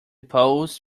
poles